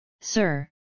sir